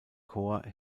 corps